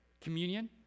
communion